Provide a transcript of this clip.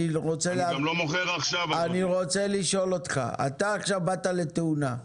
אני רוצה לשאול אותך, אתה עכשיו באת לתאונה,